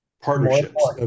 partnerships